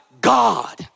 God